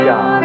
God